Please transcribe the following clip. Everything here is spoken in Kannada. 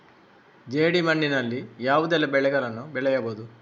ಜೇಡಿ ಮಣ್ಣಿನಲ್ಲಿ ಯಾವುದೆಲ್ಲ ಬೆಳೆಗಳನ್ನು ಬೆಳೆಯಬಹುದು?